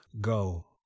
Go